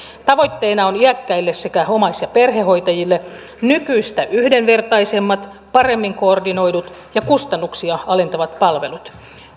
tavoitteena on iäkkäille sekä omais ja perhehoitajille nykyistä yhdenvertaisemmat paremmin koordinoidut ja kustannuksia alentavat palvelut